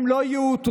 הם לא יאותרו,